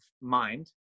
mind